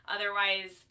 Otherwise